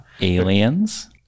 aliens